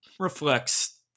reflects